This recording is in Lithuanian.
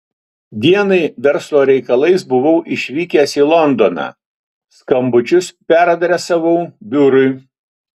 dienai verslo reikalais buvau išvykęs į londoną skambučius peradresavau biurui